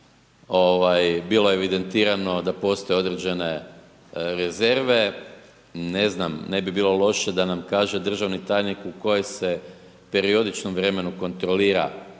bilo evidentirano da postoje određene rezerve, ne znam, ne bi bilo loše da nam kaže državni tajnik u kojoj se periodičnom periodu kontrolira